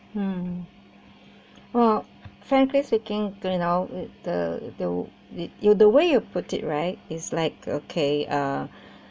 mm oh frankly speaking do you know the the you the way you put it right it's like okay uh uh